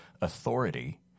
authority